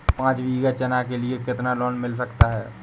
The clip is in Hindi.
पाँच बीघा चना के लिए कितना लोन मिल सकता है?